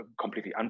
completely